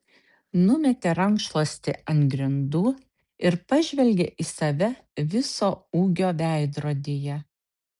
numetė rankšluostį ant grindų ir pažvelgė į save viso ūgio veidrodyje